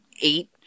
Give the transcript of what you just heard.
eight